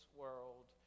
world